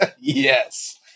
Yes